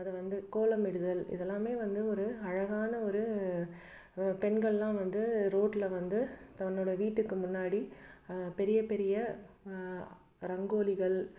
அது வந்து கோலமிடுதல் இதெல்லாம் வந்து ஒரு அழகான ஒரு பெண்கள்லாம் வந்து ரோட்டில் வந்து தன்னோட வீட்டுக்கு முன்னாடி பெரிய பெரிய ரங்கோலிகள்